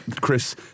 Chris